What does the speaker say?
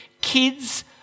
Kids